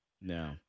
No